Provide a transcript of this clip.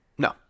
No